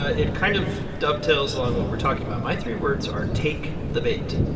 ah it kind of dovetails along what we're talking about. my three words are, take the bait.